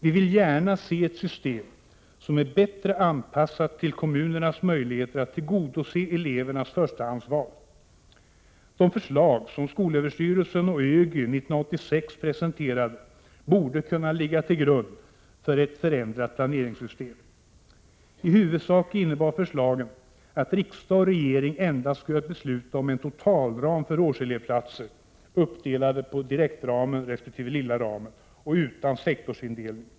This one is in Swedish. Vi vill gärna se ett system som är bättre anpassat till kommunernas möjligheter att tillgodose elevernas förstahandsval. De förslag som SÖ och ÖGY presenterade 1986 borde kunna ligga till grund för ett förändrat planeringssystem. I huvudsak innebar förslagen, att riksdag och regering endast skall besluta om en totalram för årselevplatser, uppdelad på direktramen resp. lilla ramen och utan sektorsindelning.